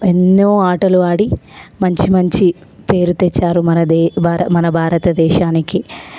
ఎన్నో ఆటలు ఆడి మంచి మంచి పేరు తెచ్చారు మన దే బార మన భారతదేశానికి